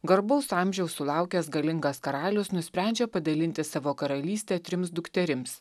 garbaus amžiaus sulaukęs galingas karalius nusprendžia padalinti savo karalystę trims dukterims